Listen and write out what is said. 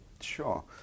Sure